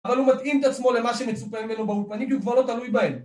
אבל הוא מתאים את עצמו למה שמצופה ממנו באולפנים והוא כבר לא תלוי בהם